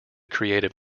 creative